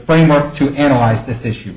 framework to analyze this issue